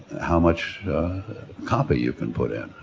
how much copy you can put in.